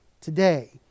today